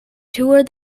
tour